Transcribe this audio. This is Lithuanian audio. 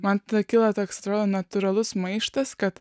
man kilo toks atrodo natūralus maištas kad